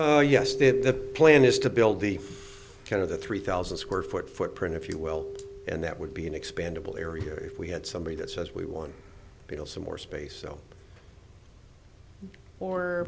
yes the plan is to build the kind of the three thousand square foot footprint if you will and that would be an expandable area if we had somebody that says we want some more space